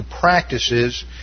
practices